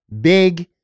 Big